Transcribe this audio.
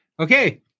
Okay